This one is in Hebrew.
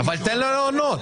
אבל תן לו לענות.